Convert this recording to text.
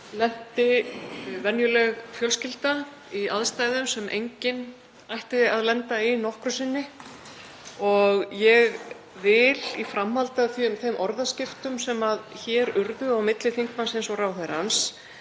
lenti venjuleg fjölskylda í aðstæðum sem enginn ætti að lenda í nokkru sinni. Ég vil í framhaldi af þeim orðaskiptum sem hér urðu á milli þingmannsins og ráðherra